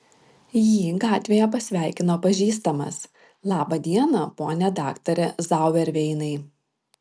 jį gatvėje pasveikino pažįstamas labą dieną pone daktare zauerveinai